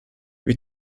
wir